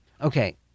Okay